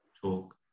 talk